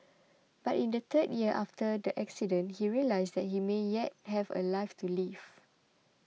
but in the third year after the accident he realised that he may yet have a life to live